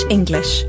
English